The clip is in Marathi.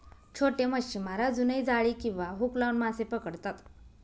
छोटे मच्छीमार अजूनही जाळी किंवा हुक लावून मासे पकडतात